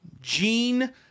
Gene